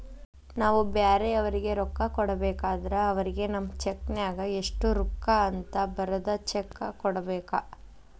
ನಾವು ಬ್ಯಾರೆಯವರಿಗೆ ರೊಕ್ಕ ಕೊಡಬೇಕಾದ್ರ ಅವರಿಗೆ ನಮ್ಮ ಚೆಕ್ ನ್ಯಾಗ ಎಷ್ಟು ರೂಕ್ಕ ಅಂತ ಬರದ್ ಚೆಕ ಕೊಡಬೇಕ